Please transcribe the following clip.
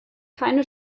keine